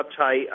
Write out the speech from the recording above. uptight